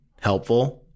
helpful